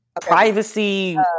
privacy